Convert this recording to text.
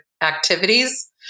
activities